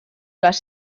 les